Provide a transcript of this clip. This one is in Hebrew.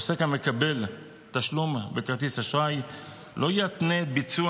עוסק המקבל תשלום בכרטיס אשראי לא יתנה את ביצוע